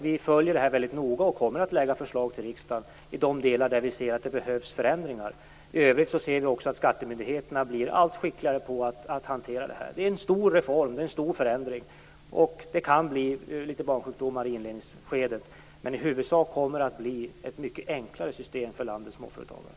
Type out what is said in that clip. Vi följer det här väldigt noga och kommer att lägga förslag till riksdagen i de delar där vi ser att det behövs förändringar. I övrigt ser vi att skattemyndigheterna blir allt skickligare på att hantera detta. Det är en stor reform. Det är en stor förändring. Det kan bli en del barnsjukdomar i inledningsskedet, men i huvudsak kommer det att bli ett enklare system för landets småföretagare.